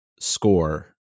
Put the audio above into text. score